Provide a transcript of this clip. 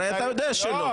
הרי אתה יודע שלא.